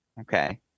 Okay